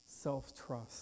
self-trust